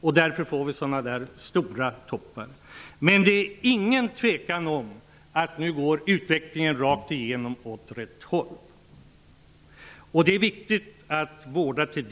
Detta är bakgrunden till dessa stora toppar. Men det är ingen tvekan om att utvecklingen nu rakt igenom går åt rätt håll.